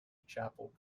chapel